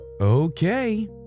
Okay